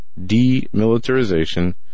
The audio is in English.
Demilitarization